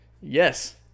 Yes